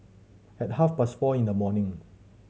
at half past four in the morning